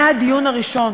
מהדיון הראשון